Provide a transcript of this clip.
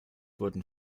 wurden